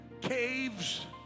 caves